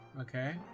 Okay